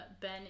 Ben